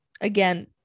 Again